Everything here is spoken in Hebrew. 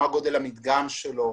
מה גודל המדגם שלו?